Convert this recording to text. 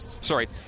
Sorry